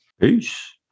Peace